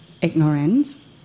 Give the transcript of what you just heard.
ignorance